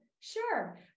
Sure